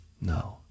No